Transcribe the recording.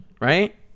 right